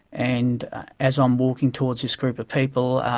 and as i'm walking towards this group of people,